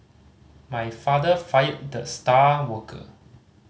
my father fired the star worker